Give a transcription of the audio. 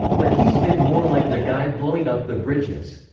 but he's been more like the guy blowing up the bridges.